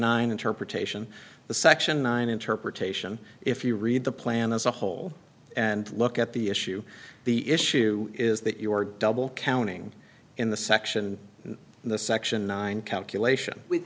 nine interpretation the section nine interpretation if you read the plan as a whole and look at the issue the issue is that you are double counting in the section in the section nine calculation